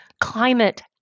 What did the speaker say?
climate